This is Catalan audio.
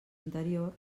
anterior